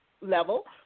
level